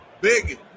Big